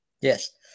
Yes